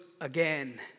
again